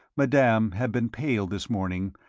madame had been pale this morning,